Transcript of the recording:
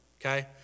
Okay